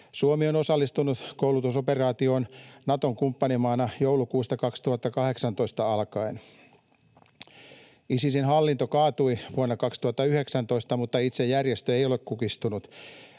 Suomi on osallistunut koulutusoperaatioon Naton kumppanimaana joulukuusta 2018 alkaen. Isisin hallinto kaatui vuonna 2019, mutta itse järjestö ei ole kukistunut.